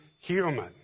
human